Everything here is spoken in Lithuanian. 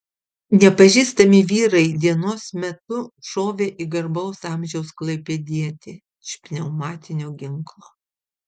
nepažįstami vyrai dienos metu šovė į garbaus amžiaus klaipėdietį iš pneumatinio ginklo